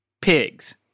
Pigs